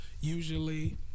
usually